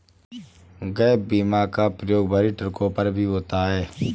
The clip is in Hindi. गैप बीमा का प्रयोग भरी ट्रकों पर भी होता है